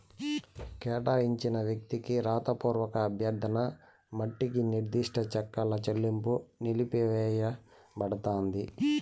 కేటాయించిన వ్యక్తికి రాతపూర్వక అభ్యర్థన మట్టికి నిర్దిష్ట చెక్కుల చెల్లింపు నిలిపివేయబడతాంది